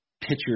picture